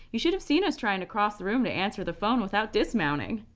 you should have seen us trying to cross the room to answer the phone without dismounting.